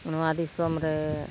ᱱᱚᱣᱟ ᱫᱤᱥᱚᱢ ᱨᱮ